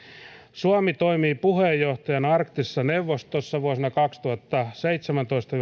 suomi toimii puheenjohtajana arktisessa neuvostossa vuosina kaksituhattaseitsemäntoista